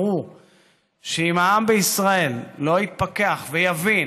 ברור שאם העם בישראל לא יתפקח ויבין